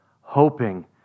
Hoping